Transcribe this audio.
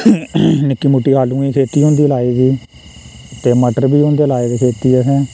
निक्की मुट्टी आलुएं दी खेती होंदी लाई दी ते मटर बी होंदे लाए दे खेती असें